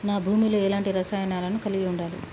నా భూమి లో ఎలాంటి రసాయనాలను కలిగి ఉండాలి?